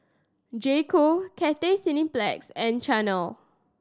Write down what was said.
J Co Cathay Cineplex and Chanel